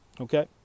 okay